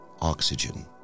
OXYGEN